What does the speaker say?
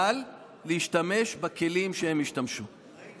אבל להשתמש בכלים שהם השתמשו בהם.